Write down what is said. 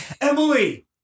Emily